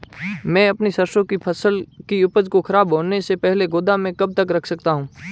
मैं अपनी सरसों की उपज को खराब होने से पहले गोदाम में कब तक रख सकता हूँ?